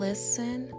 listen